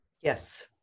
Yes